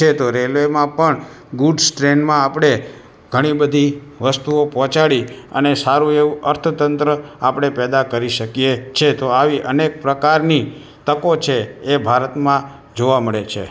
છે તો રેલવેમાં પણ ગુડ્સ ટ્રેનમાં આપણે ઘણીબધી વસ્તુઓ પહોંચાડી અને સારું એવું અર્થતંત્ર આપણે પેદા કરી શકીએ છે તો આવી અનેક પ્રકારની તકો છે એ ભારતમાં જોવા મળે છે